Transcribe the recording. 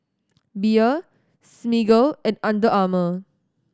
Bia Smiggle and Under Armour